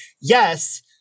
yes